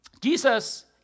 Jesus